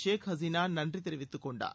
ஷேக் ஹசீளா நன்றி தெரிவித்துக் கொண்டார்